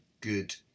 good